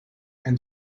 and